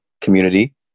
community